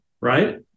right